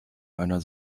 einer